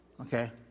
okay